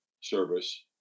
service